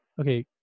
okay